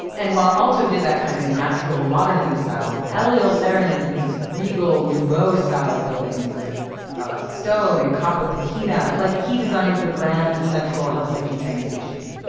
and while aalto did that kind of natural modernism style, eliel saarinen did these regal nouveau style buildings with stone and copper patina, like he designed the grand central helsinki train station.